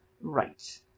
right